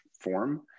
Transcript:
form